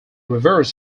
reverse